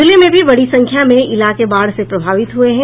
जिले में भी बड़ी संख्या में इलाके बाढ़ से प्रभावित हुए है